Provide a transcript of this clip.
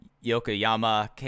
Yokoyama